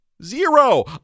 Zero